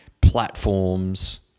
platforms